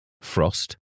frost